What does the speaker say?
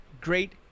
great